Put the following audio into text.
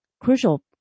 crucial